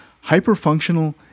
hyper-functional